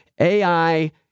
AI